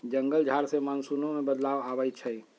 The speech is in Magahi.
जंगल झार से मानसूनो में बदलाव आबई छई